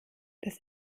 das